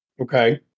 Okay